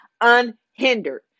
unhindered